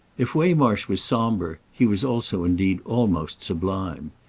if waymarsh was sombre he was also indeed almost sublime.